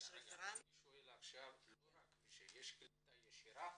אני שואל עכשיו לא רק, יש קליטה ישירה